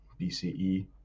BCE